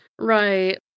Right